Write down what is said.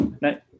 No